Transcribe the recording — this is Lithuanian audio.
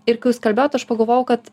ir kai jūs kalbėjot aš pagalvojau kad